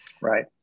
Right